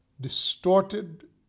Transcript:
distorted